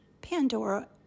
Pandora